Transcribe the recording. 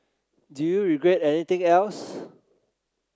do you regret anything else